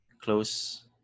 close